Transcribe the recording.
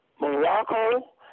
Morocco